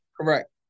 Correct